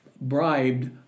bribed